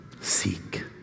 seek